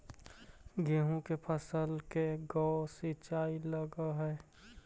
गेहूं के फसल मे के गो सिंचाई लग हय?